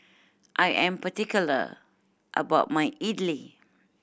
I am particular about my idly